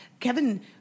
Kevin